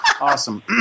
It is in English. Awesome